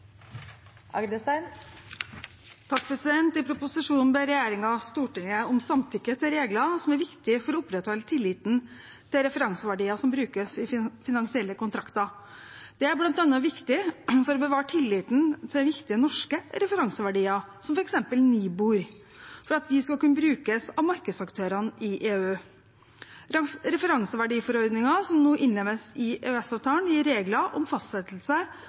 for å opprettholde tilliten til referanseverdier som brukes i finansielle kontrakter. Det er bl.a. viktig for å bevare tilliten til viktige norske referanseverdier, som f.eks. Nibor, for at de skal kunne brukes av markedsaktørene i EU. Referanseverdiforordningen som nå innlemmes i EØS-avtalen, gir regler om fastsettelse